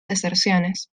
deserciones